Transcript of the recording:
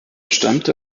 stammte